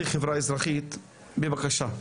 רן מלמד, בבקשה.